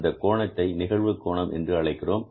இந்த கோணத்தை நிகழ்வு கோணம் என்று அழைக்கிறோம்